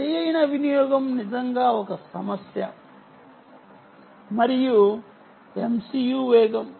సరైన వినియోగం నిజంగా ఒక సమస్య మరియు MCU వేగం